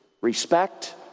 respect